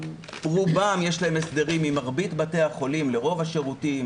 לרובן יש הסדרים עם מרבית בתי החולים לרוב השירותים